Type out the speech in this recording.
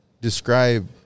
describe